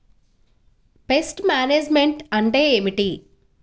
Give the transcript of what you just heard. Pest management అంటే ఏమిటి?